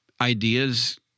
ideas